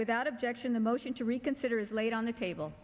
without objection the motion to reconsider is laid on the table